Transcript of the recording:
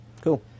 Cool